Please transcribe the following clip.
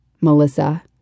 Melissa